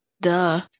Duh